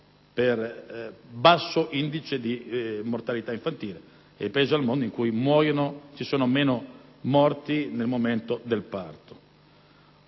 per basso indice di mortalità infantile, il Paese cioè in cui vi sono meno morti nel momento del parto.